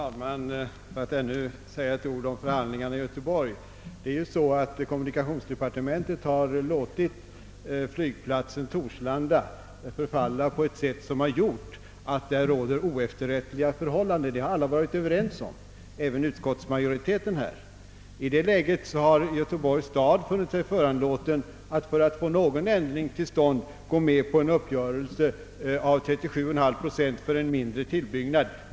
Herr talman! För att säga ännu några ord om förhandlingarna i Göteborg, så är det ju så att kommunikationsdepartementet har låtit flygplatsen Torslanda förfalla på ett sådant sätt, att där nu råder oefterrättliga förhållanden. Det har alla varit överens om; även utskottsmajoriteten hyser denna uppfattning. I det läget har Göteborgs stad funnit sig föranlåten att, för att få någon ändring till stånd, gå med på en uppgörelse om att svara för 37,9 procent av kostnaderna för en mindre tillbyggnad.